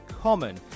common